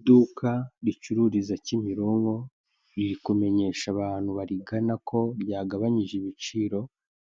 Iduka ricururiza Kimironko riri kumenyesha abantu barigana ko ryagabanyije ibiciro